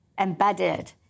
embedded